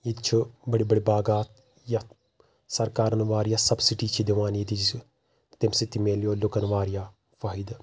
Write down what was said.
ییٚتہِ چھ بٔڈۍ بٔڈۍ باغات یتھ سرکارن واریاہ سبسِڈی چھ دِوان ییٚتہِ تمہِ سۭتۍ تہِ مِلیو لُکن واریاہ فأہِدٕ